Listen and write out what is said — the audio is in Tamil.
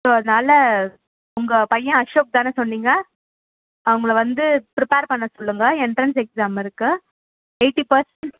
ஸோ அதனால் உங்கள் பையன் அசோக் தானே சொன்னீங்க அவங்ள வந்து ப்ரிப்பேர் பண்ண சொல்லுங்க என்ட்ரன்ஸ் எக்ஸாம் இருக்குது எயிட்டி பர்சண்ட்